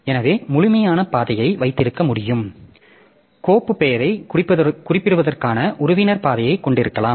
எனவே முழுமையான பாதையை வைத்திருக்க முடியும் கோப்பு பெயரைக் குறிப்பிடுவதற்கான உறவினர் பாதையை கொண்டிருக்கலாம்